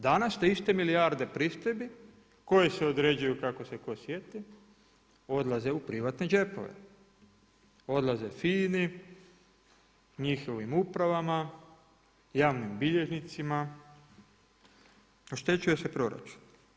Danas te iste milijarde pristojbi koje se određuju kako se to sjeti odlaze u privatne džepove, odlaze FINA-i, njihovim upravama, javnim bilježnicima, oštećuje se proračun.